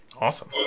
Awesome